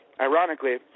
ironically